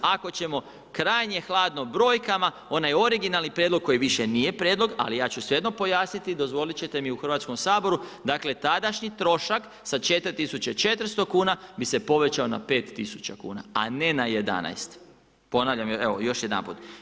Ako ćemo krajnje hladno, brojkama, onaj originalni prijedlog koji više nije prijedlog ali ja ću svejedno pojasniti, dozvolit ćete mi u Hrvatskom saboru, dakle tadašnji trošak sa 4400 bi se povećao na 5000 kuna a ne na 11 000, ponavljam evo još jedanput.